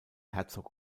herzog